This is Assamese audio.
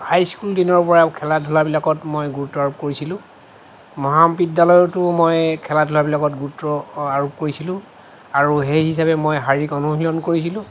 হাই স্কুল দিনৰ পৰাই খেলা ধূলাবিলাকত মই গুৰুত্ব আৰোপ কৰিছিলোঁ মহাবিদ্যালয়তো মই খেলা ধূলাবিলাকত লগত গুৰুত্ব আৰোপ কৰিছিলোঁ আৰু সেই হিচাবে মই শাৰীৰিক অনুশীলন কৰিছিলোঁ